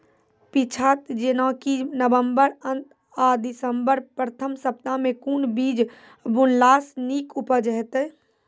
पीछात जेनाकि नवम्बर अंत आ दिसम्बर प्रथम सप्ताह मे कून बीज बुनलास नीक उपज हेते?